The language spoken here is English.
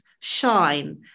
Shine